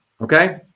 okay